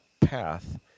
path